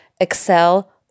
excel